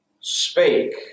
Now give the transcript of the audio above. spake